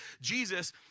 Jesus